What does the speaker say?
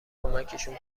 کمکشون